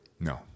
No